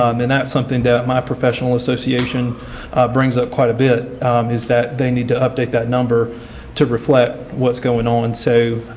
um and that's something that my professional association brings up quite a bit is that they need to update that number to reflect what's going on. so,